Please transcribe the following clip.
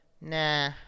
nah